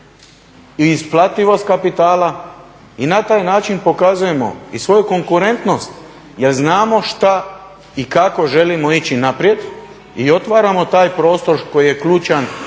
i isplativost kapitala. I na taj način pokazujemo i svoju konkurentnost jer znamo šta i kako želimo ići naprijed i otvaramo taj prostor koji je ključan